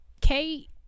Kate